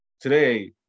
today